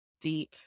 deep